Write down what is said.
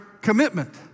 commitment